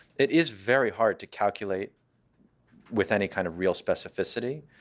it is very hard to calculate with any kind of real specificity